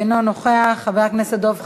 אינו נוכח, חבר הכנסת דב חנין,